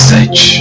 Search